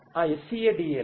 ఆSCADA లో